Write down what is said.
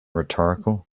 rhetorical